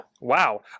Wow